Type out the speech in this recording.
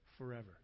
forever